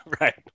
Right